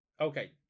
okay